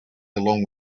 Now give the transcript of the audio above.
along